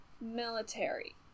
Military